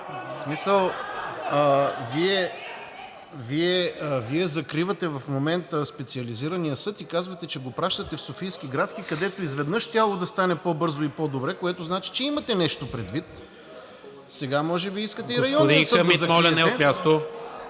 В смисъл Вие закривате в момента Специализирания съд и казвате, че го пращате в Софийския градски съд, където изведнъж щяло да стане по-бързо и по-добре, което значи, че имате нещо предвид. Сега може би искате и Районния съд да закриете?